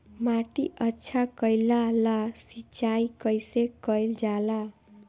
माटी अच्छा कइला ला सिंचाई कइसे कइल जाला?